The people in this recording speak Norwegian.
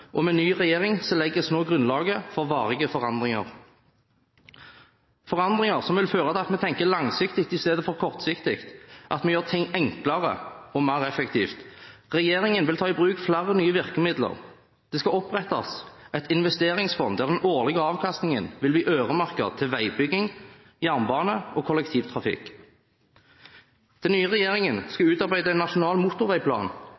og med ny regjering legges nå grunnlaget for varige forandringer – forandringer som vil føre til at vi tenker langsiktig i stedet for kortsiktig, og at vi gjør ting enklere og mer effektivt. Regjeringen vil ta i bruk flere nye virkemidler. Det skal opprettes et investeringsfond der den årlige avkastningen vil bli øremerket til veibygging, jernbane og kollektivtrafikk. Den nye regjeringen skal utarbeide en nasjonal motorveiplan,